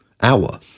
hour